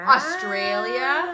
Australia